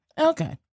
Okay